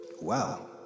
Wow